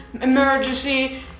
emergency